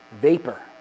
vapor